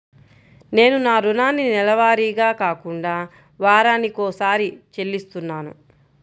నేను నా రుణాన్ని నెలవారీగా కాకుండా వారానికోసారి చెల్లిస్తున్నాను